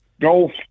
golf